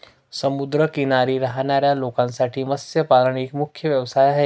समुद्र किनारी राहणाऱ्या लोकांसाठी मत्स्यपालन एक मुख्य व्यवसाय आहे